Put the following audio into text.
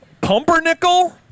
Pumpernickel